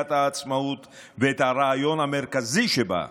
מגילת העצמאות ואת הרעיון המרכזי שבה,